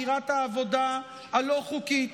הגירת העבודה הלא-חוקית.